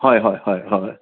হয় হয় হয় হয়